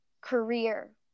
career